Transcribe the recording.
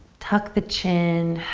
tuck the chin,